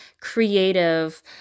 creative